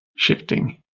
Shifting